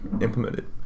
implemented